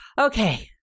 Okay